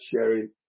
sharing